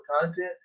content